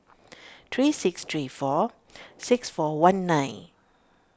three six three four six four one nine